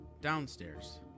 downstairs